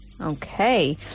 okay